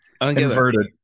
Inverted